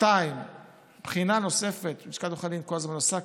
2. בחינה נוספת לשכת עורכי הדין כל הזמן עושה,